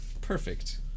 perfect